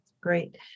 Great